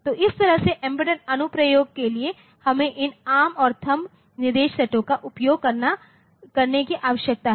तो इस तरह से एम्बेडेड अनुप्रयोगों के लिए हमें इन एआरएम और थंब निर्देश सेटों का उपयोग करने की आवश्यकता है